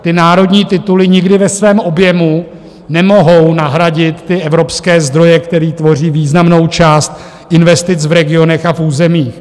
Ty národní tituly nikdy ve svém objemu nemohou nahradit evropské zdroje, které tvoří významnou část investic v regionech a v územích.